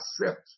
accept